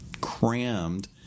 crammed